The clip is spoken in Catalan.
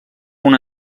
una